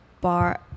bar